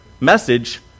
message